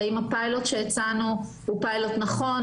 האם הפיילוט שהצענו הוא נכון,